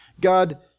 God